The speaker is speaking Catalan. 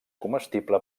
comestible